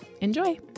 Enjoy